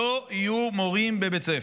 לא יהיו מורים בבית ספר.